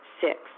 Six